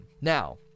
now